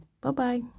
Bye-bye